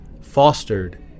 fostered